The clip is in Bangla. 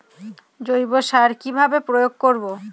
জৈব সার কি ভাবে প্রয়োগ করব?